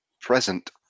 present